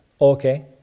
Okay